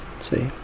See